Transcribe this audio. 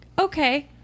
okay